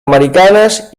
americanes